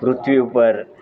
પૃથ્વી ઉપર